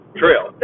trail